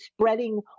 spreading